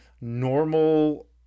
normal